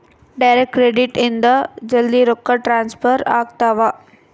direct credit ಇಂದ ಜಲ್ದೀ ರೊಕ್ಕ ಟ್ರಾನ್ಸ್ಫರ್ ಆಗ್ತಾವ